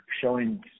showing